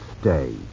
stay